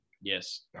Yes